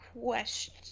question